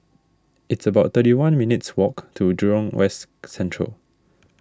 it's about thirty one minutes' walk to Jurong West Central